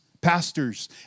Pastors